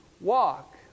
Walk